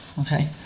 okay